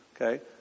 Okay